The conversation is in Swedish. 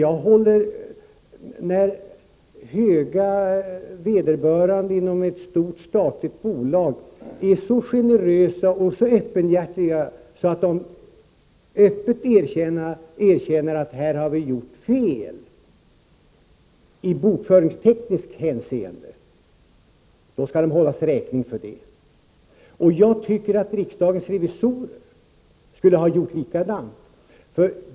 Då höga vederbörande inom ett stort statligt bolag är så generösa och öppenhjärtiga att de öppet erkänner att de här har gjort fel i bokföringstekniskt hänseende, då skall man hålla dem räkning för det. Och jag tycker att riksdagens revisorer skulle ha gjort likadant.